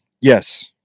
Yes